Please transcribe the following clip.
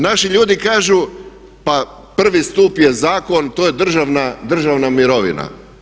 Naši ljudi kažu pa 1. stup je zakon, to je državna mirovina.